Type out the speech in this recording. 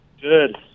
Good